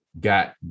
got